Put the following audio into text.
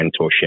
mentorship